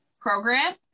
program